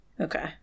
Okay